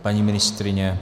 Paní ministryně?